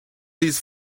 these